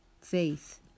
faith